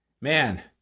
man